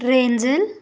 రేంజిల్